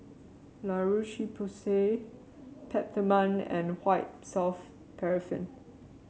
La Roche Porsay Peptamen and White Soft Paraffin